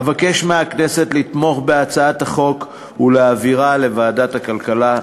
אבקש מהכנסת לתמוך בהצעת החוק ולהעבירה לוועדת הכלכלה.